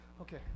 okay